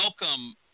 welcome